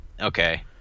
Okay